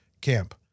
camp